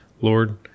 Lord